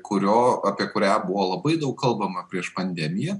kurio apie kurią buvo labai daug kalbama prieš pandemiją